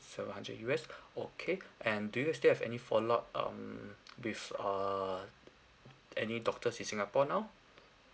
so hundred U_S okay and do you still have any follow up um with err any doctors in singapore now